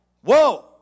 Whoa